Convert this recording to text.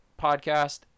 podcast